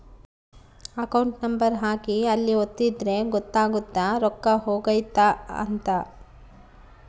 account number ಹಾಕಿ ಅಲ್ಲಿ ಒತ್ತಿದ್ರೆ ಗೊತ್ತಾಗುತ್ತ ರೊಕ್ಕ ಹೊಗೈತ ಅಂತ